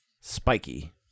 spiky